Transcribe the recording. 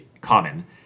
common